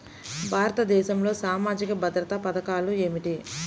భారతదేశంలో సామాజిక భద్రతా పథకాలు ఏమిటీ?